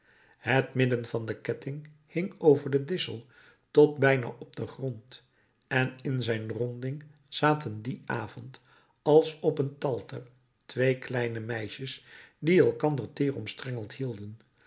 het midden van den ketting hing over den dissel tot bijna op den grond en in zijn ronding zaten dien avond als op een talter twee kleine meisjes die elkander teer omstrengeld hielden